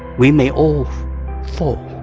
we may all fall.